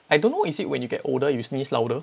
I don't know is it when you get older you sneeze louder